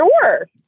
Sure